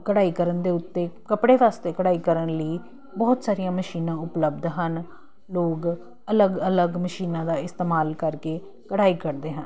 ਕਢਾਈ ਕਰਨ ਦੇ ਉੱਤੇ ਕੱਪੜੇ ਵਾਸਤੇ ਕਢਾਈ ਕਰਨ ਲਈ ਬਹੁਤ ਸਾਰੀਆਂ ਮਸ਼ੀਨਾਂ ਉਪਲਬਧ ਹਨ ਲੋਕ ਅਲੱਗ ਅਲੱਗ ਮਸ਼ੀਨਾਂ ਦਾ ਇਸਤੇਮਾਲ ਕਰਕੇ ਕਢਾਈ ਕੱਢਦੇ ਹਨ